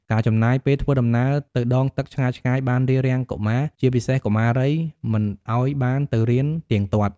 ការចំណាយពេលធ្វើដំណើរទៅដងទឹកឆ្ងាយៗបានរារាំងកុមារ ជាពិសេសកុមារី មិនឱ្យបានទៅរៀនទៀងទាត់។